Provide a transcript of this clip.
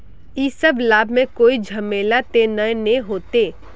इ सब लाभ में कोई झमेला ते नय ने होते?